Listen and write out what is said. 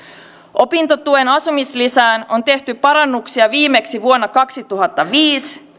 opintotuen asumislisään on tehty parannuksia viimeksi vuonna kaksituhattaviisi